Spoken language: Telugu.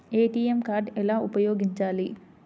ఏ.టీ.ఎం కార్డు ఎలా ఉపయోగించాలి?